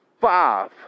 five